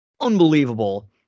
unbelievable